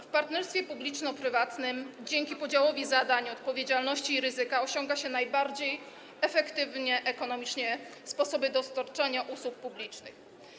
W partnerstwie publiczno-prywatnym dzięki podziałowi zadań, odpowiedzialności i ryzyka osiąga się najbardziej efektywne ekonomicznie sposoby dostarczania usług publicznych.